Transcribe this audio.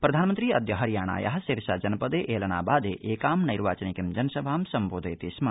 प्रधानमन्त्री अद्य हरियाणाया सिरसा जनपदप्रिलनाबादप्रिकां नैर्वाचनिकीं जनसभां सम्बोधयति स्म